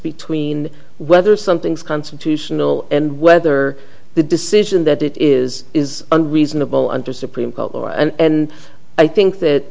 between whether something is constitutional and whether the decision that it is is unreasonable under supreme court and i think that